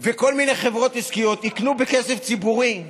וכל מיני חברות עסקיות יקנו בכסף ציבורי,